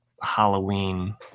Halloween